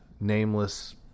nameless